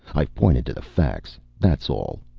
i've pointed to the facts. that's all.